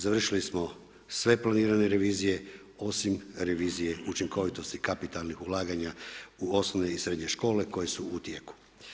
Završili smo sve planirane revizije osim revizije učinkovitosti kapitalnih ulaganja u osnovne i srednje škole koje su u tijeku.